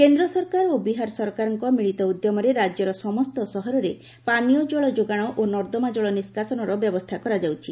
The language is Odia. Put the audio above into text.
କେନ୍ଦ୍ର ସରକାର ଓ ବିହାର ସରକାରଙ୍କ ମିଳିତ ଉଦ୍ୟମରେ ରାଜ୍ୟର ସମସ୍ତ ସହରରେ ପାନୀୟଜଳ ଯୋଗାଣ ଓ ନର୍ଦ୍ଦମା ଜଳ ନିଷ୍କାସନର ବ୍ୟବସ୍ଥା କରାଯାଉଛି